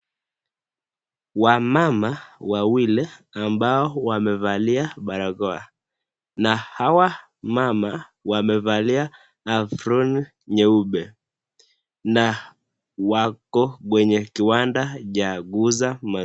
Wamama wawili ambao wamevalia barakoa na hawa mama wamevalia aproni nyeupe na wako kwenye kiwanda cha kuuza ma.